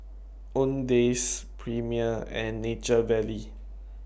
Owndays Premier and Nature Valley